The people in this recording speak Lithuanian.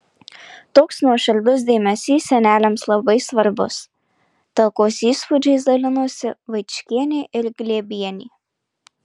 toks nuoširdus dėmesys seneliams labai svarbus talkos įspūdžiais dalinosi vaičkienė ir glėbienė